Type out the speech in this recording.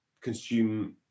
consume